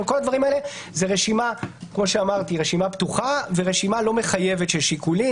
זה רשימה פתוחה ולא מחייבת של שיקולים.